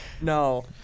No